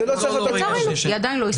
הקורונה לצערנו עדיין לא הסתיימה.